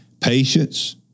patience